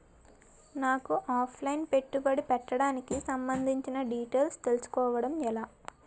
నాకు offline పెట్టుబడి పెట్టడానికి సంబందించిన డీటైల్స్ తెలుసుకోవడం ఎలా?